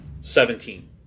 Seventeen